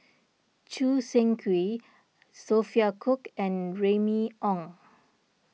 Choo Seng Quee Sophia Cooke and Remy Ong